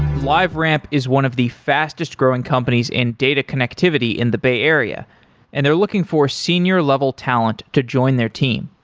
liferamp is one of the fastest growing companies in data connectivity in the bay area and they're looking for senior level talent to join their team.